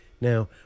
Now